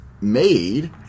made